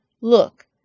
Look